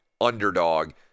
underdog